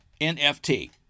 NFT